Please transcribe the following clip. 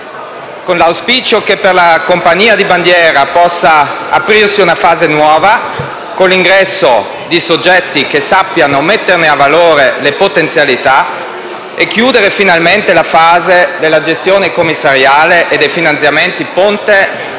con l'auspicio che per la compagnia di bandiera possa aprirsi una fase nuova, con l'ingresso di soggetti che sappiano valorizzarne le potenzialità e chiudere finalmente la fase della gestione commissariale e dei finanziamenti ponte